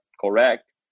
correct